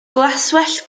glaswellt